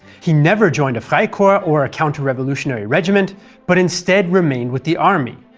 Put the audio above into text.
he never joined a freikorps or a counter-revolutionary regiment but instead remained with the army.